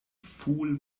fool